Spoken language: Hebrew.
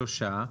שלושה,